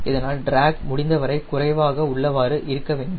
இதனால் டிராக் முடிந்தவரை குறைவாக உள்ளவாறு இருக்க வேண்டும்